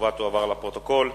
התשובה תועבר לפרוטוקול.